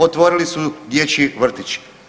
Otvorili su dječji vrtić.